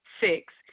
Six